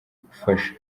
gufasha